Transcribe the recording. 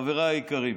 חבריי היקרים?